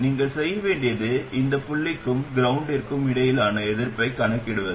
நீங்கள் செய்ய வேண்டியது இந்த புள்ளிக்கும் கிரௌண்டிற்கும் இடையிலான எதிர்ப்பைக் கணக்கிடுவது